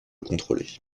contrôler